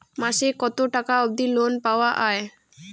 মাসে কত টাকা অবধি লোন পাওয়া য়ায়?